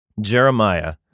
Jeremiah